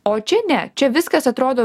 o čia ne čia viskas atrodo